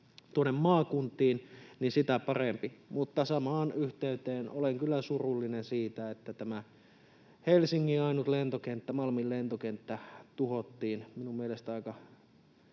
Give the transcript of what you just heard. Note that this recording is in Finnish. tuonne maakuntiin, niin sitä parempi. Mutta samaan yhteyteen olen kyllä surullinen siitä, että tämä Helsingin ainut lentokenttä, Malmin lentokenttä, tuhottiin minun mielestäni aika